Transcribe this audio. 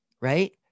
right